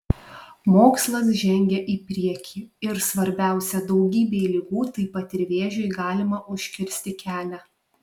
mokslas žengia į priekį ir svarbiausia daugybei ligų taip pat ir vėžiui galima užkirsti kelią